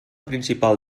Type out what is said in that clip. principal